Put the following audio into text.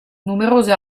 numerose